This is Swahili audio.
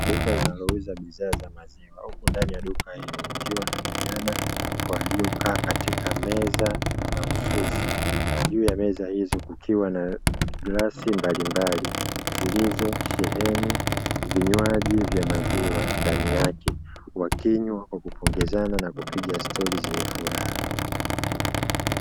Duka linalouza bidhaa za maziwa huku ndani ya duka hilo kukiwa na kijana waliokaa katika meza mahususi, juu ya meza hizo kukiwa na glasi mbalimbali zilizosheheni vinywaji vya maziwa ndani yake wakinywa kwa kupongezana na kupiga stori zenye furaha.